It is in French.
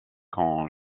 quand